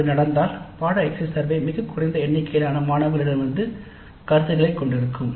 அது நடந்தால் பாடநெறி எக்ஸிட் சர்வே மிகக் குறைந்த எண்ணிக்கையிலான மாணவர்களிடமிருந்து கருத்துக்களைக் கொண்டிருக்கும்